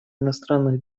иностранных